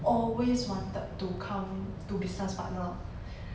always wanted to come to business partner